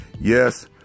Yes